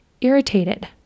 irritated